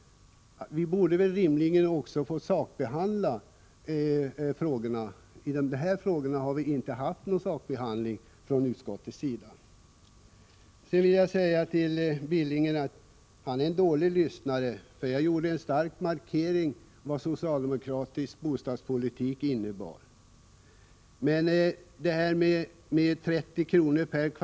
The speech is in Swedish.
Vi borde väl rimligen också få sakbehandla frågorna. När det gäller de här frågorna har det inte varit någon sakbehandling i utskottet. Till Knut Billing vill jag säga att han är en dålig lyssnare. Jag gjorde en stark markering av vad socialdemokratisk bostadspolitik innebär. När det gäller frågan om 30 kr. per m?